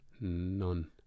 None